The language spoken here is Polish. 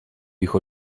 ich